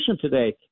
today